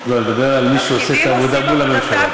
לא, אני מדבר על מי שעושה את העבודה מול הממשלה.